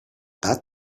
that